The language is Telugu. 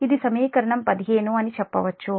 ఇది సమీకరణం 15 అని చెప్పవచ్చు